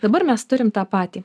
dabar mes turim tą patį